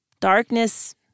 Darkness